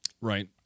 Right